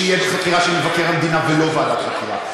שיהיה בחקירה של מבקר המדינה ולא ועדת חקירה,